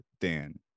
Dan